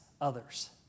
others